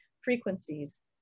frequencies